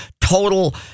total